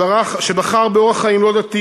שבחר באורח חיים לא דתי,